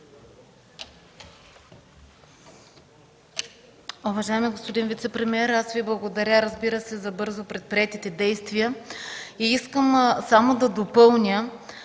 Уважаеми господин вицепремиер, аз Ви благодаря за бързо предприетите действия. Искам само да допълня,